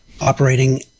operating